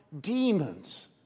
demons